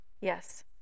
Yes